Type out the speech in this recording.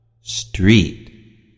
Street